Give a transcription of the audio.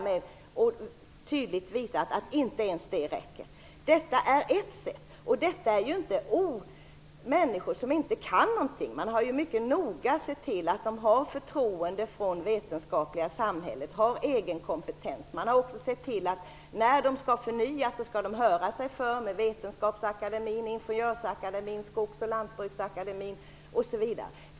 Men tydligen räcker inte ens det. Det vi här talar om är ett sätt. Dessutom gäller det inte människor som inte kan något. Man har mycket noga sett till att de här människorna har förtroende från det vetenskapliga samhället och att de har egen kompetens. När det skall förnyas skall man höra sig för med Vetenskapsakademin, Ingenjörsvetenskapsakademin, Skogs och lantbruksakademin osv.